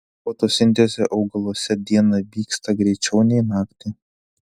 fotosintezė augaluose dieną vyksta greičiau nei naktį